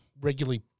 regularly